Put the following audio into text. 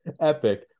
Epic